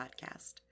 Podcast